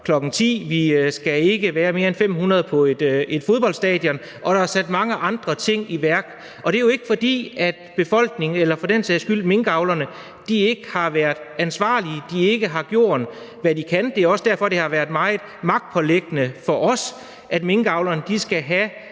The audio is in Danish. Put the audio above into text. kl. 22.00, vi må ikke være mere end 500 på et fodboldstadion, og der er sat mange andre ting i værk. Det er jo ikke, fordi befolkningen eller for den sags skyld minkavlerne ikke har været ansvarlige og ikke har gjort, hvad de kunne. Det er også derfor, det har været meget magtpåliggende for os, at minkavlerne skulle have